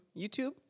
youtube